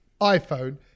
iPhone